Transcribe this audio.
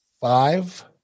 five